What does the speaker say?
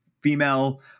female